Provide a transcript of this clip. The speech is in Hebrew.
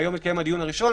והיום מתקיים הדיון הראשון.